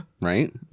Right